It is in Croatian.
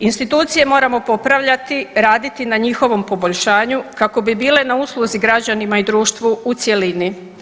Institucije moramo popravljati, raditi na njihovom poboljšanju kako bi bile na usluzi građanima i društvu u cjelini.